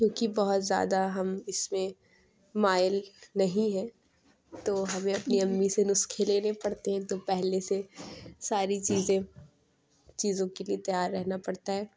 کیونکہ بہت زیادہ ہم اس میں مائل نہیں ہیں تو ہمیں اپنی امی سے نسخے لینے پڑتے ہیں تو پہلے سے ساری چیزیں چیزوں کے لیے تیار رہنا پڑتا ہے